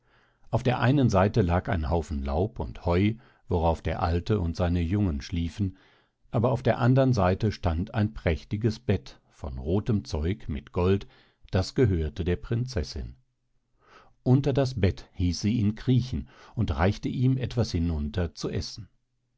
auf der einen seite lag ein haufen laub und heu worauf der alte und seine jungen schliefen aber auf der andern seite stand ein prächtiges bett von rothem zeug mit gold das gehörte der prinzessin unter das bett hieß sie ihn kriechen und reichte ihm etwas hinunter zu essen